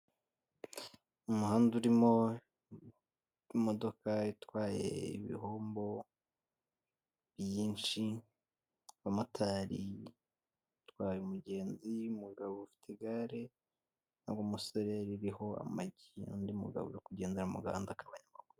Umuhanda urimo imodoka itwaye ibihombo byinshi umumotari atwaye umugenzi umugabo ufite igare w'umusore ririho amagi, n'undi mugabo uri kugendera mu gahanda k'abanyamaguru.